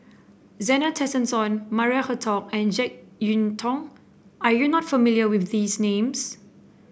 Zena Tessensohn Maria Hertogh and JeK Yeun Thong are you not familiar with these names